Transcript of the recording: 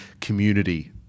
community